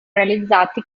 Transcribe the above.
realizzati